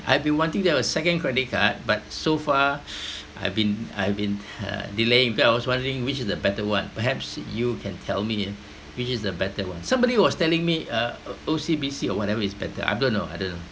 I've been wanting to have second credit card but so far I've been I've been uh delaying because I was wondering which is the better one perhaps you can tell me which is the better one somebody was telling me uh O_C_B_C or whatever is better I don't know I don't know